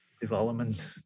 development